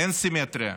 אין סימטריה,